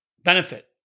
benefit